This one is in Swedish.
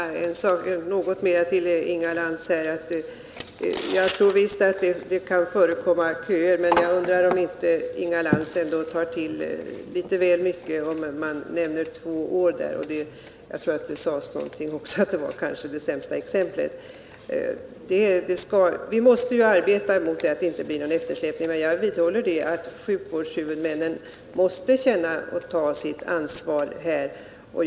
Herr talman! Jag vill bara nämna en sak för Inga Lantz. Jag tror visst att det kan förekomma köer, men jag undrar om inte Inga Lantz tar till litet väl mycket genom att nämna tiden två år. Det sades visst också något om att detta utgjorde exempel på det allra sämsta läget. Vi måste arbeta för att det inte skall bli någon eftersläpning, men jag vidhåller att sjukvårdshuvudmännen måste ta sitt ansvar.